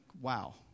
Wow